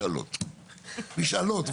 השמיכה היא קצרה אבל צריך להיות ברור